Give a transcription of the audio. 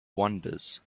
wanders